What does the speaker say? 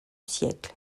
siècle